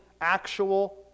actual